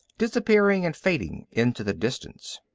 disappearing and fading into the distance.